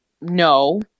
no